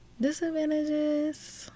Disadvantages